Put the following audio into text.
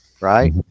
right